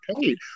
paid